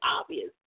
obvious